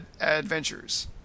adventures